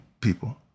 people